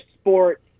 sports